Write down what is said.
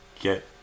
get